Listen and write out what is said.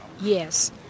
Yes